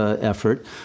effort